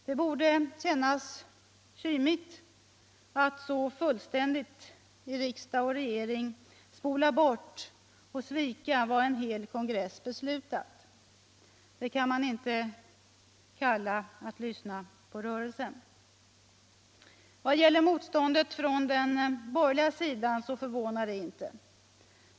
Det borde kännas kymigt att så fullständigt i riksdag och regering spola bort och svika vad en hel kongress beslutat. Det kan man inte kalla att lyssna på rörelsen. | Vad gäller motståndet från den borgerliga sidan förvånar det inte.